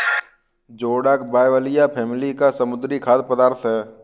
जोडाक बाइबलिया फैमिली का समुद्री खाद्य पदार्थ है